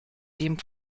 dem